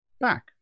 back